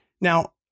Now